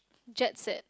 jet set